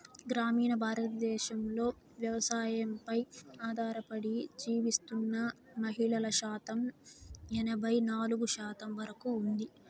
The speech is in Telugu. గ్రామీణ భారతదేశంలో వ్యవసాయంపై ఆధారపడి జీవిస్తున్న మహిళల శాతం ఎనబై నాలుగు శాతం వరకు ఉంది